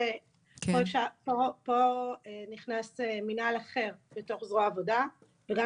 פה נכנס מנהל אחר בתוך זרוע עבודה וגם